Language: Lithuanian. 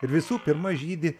ir visų pirma žydi